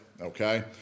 okay